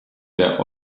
der